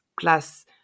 plus